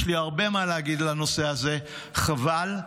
יש לי הרבה מה להגיד על הנושא הזה, חבל.